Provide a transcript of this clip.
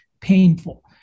painful